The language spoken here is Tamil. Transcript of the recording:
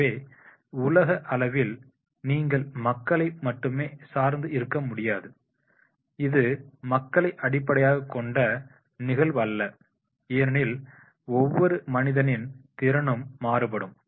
எனவே உலக அளவில் நீங்கள் மக்களை மட்டுமே சார்ந்து இருக்க முடியாது இது மக்களை அடிப்படையாகக் கொண்ட நிகழ்வல்ல ஏனெனில் ஒவ்வொரு மனிதனின் திறனும் மாறுபடும்